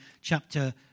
Chapter